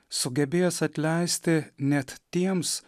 sugebėjęs atleisti net tiems